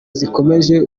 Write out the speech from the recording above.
zikomeje